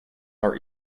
are